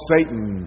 Satan